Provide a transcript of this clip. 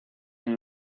and